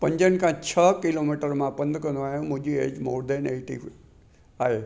पंजनि खां छह किलोमीटर मां पंधु कंदो आहियां मुंहिंजी एज मोर देन एटी आहे